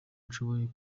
nshoboye